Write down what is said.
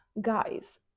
guys